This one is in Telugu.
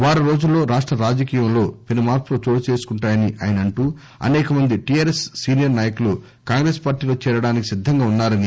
వారం రోజుల్లో రాష్ట రాజకీయంలో పెనుమార్పులు చోటు చేసుకుంటాయని అంటూ ఆయన అనేకమంది టీఆర్ఎస్ సీనియర్ నాయకులు కాంగ్రెస్పార్టీలో చేరడానికి సిద్గంగా ఉన్నారని అన్నారు